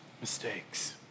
mistakes